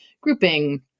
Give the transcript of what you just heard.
grouping